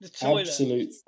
Absolute